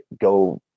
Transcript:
go